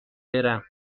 برم